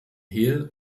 hehl